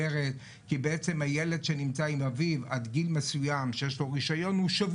בעצם הילד שנמצא עם אביו עד גיל מסוים הוא שבוי,